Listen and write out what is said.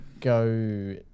Go